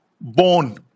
born